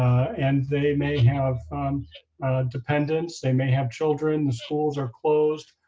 and they may have dependents. they may have children. the schools are closed.